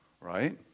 right